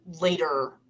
later